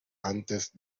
antes